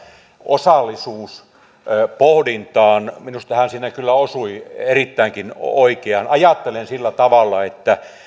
osallisuuspohdintaan minusta hän siinä kyllä osui erittäinkin oikeaan ajattelen sillä tavalla että